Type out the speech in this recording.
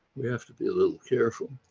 we have to be a little careful.